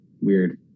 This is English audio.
Weird